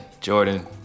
Jordan